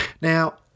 Now